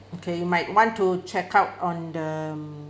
okay you might want to check out on the